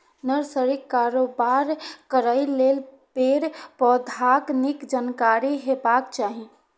नर्सरीक कारोबार करै लेल पेड़, पौधाक नीक जानकारी हेबाक चाही